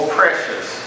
precious